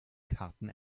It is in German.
karten